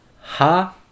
Ha